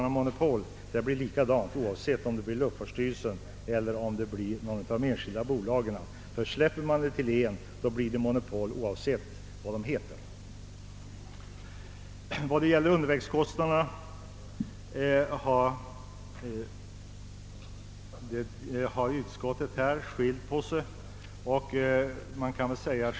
Låter man ett företag utöva ramptjänsten blir det monopol vad företaget än heter. Beträffande undervägskostnaderna har utskottet inte kunnat enas.